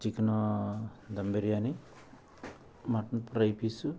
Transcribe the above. chicken dum biryani mutton fry piece